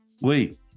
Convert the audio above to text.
Wait